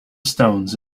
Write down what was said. stones